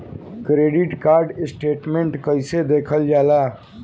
Credit card statement कइसे देखल जाला?